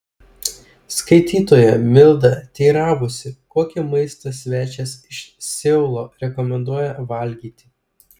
skaitytoja milda teiravosi kokį maistą svečias iš seulo rekomenduoja valgyti